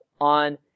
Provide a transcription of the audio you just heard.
on